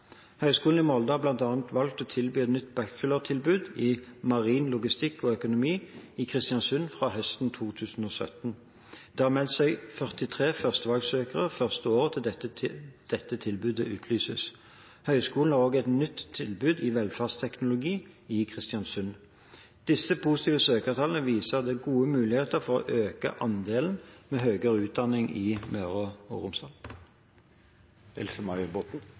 Høgskolen i Molde har bl.a. valgt å tilby et nytt bachelortilbud i marin logistikk og økonomi i Kristiansund fra høsten 2017. Det har meldt seg 43 førstevalgsøkere første året dette tilbudet utlyses. Høgskolen har også nytt tilbud i velferdsteknologi i Kristiansund. Disse positive søkertallene viser at det er gode muligheter for å øke andelen med høyere utdanning i Møre og Romsdal.